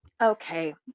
okay